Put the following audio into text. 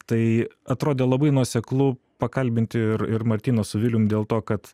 tai atrodė labai nuoseklu pakalbinti ir ir martyną su vilium dėl to kad